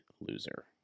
loser